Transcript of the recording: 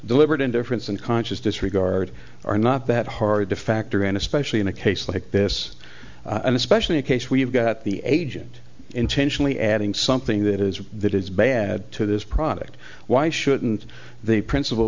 deliberate indifference and conscious disregard are not that hard to factor in especially in a case like this and especially a case where you've got the agent intentionally adding something that is that is bad to this product why shouldn't the principal